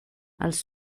els